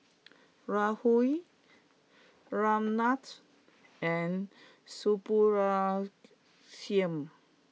Rahul Ramnath and Subbulakshmi